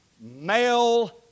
male